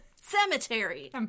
cemetery